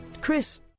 Chris